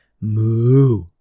Moo